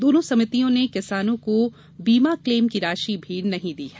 दोनो समितियों ने किसानों को बीमा क्लेम की राशि भी नहीं दी है